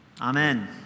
Amen